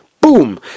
Boom